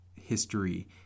history